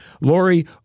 Lori